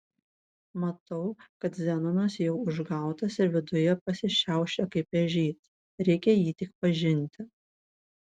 matau kad zenonas jau užgautas ir viduje pasišiaušė kaip ežys reikia jį tik pažinti